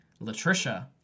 Latricia